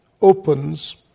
opens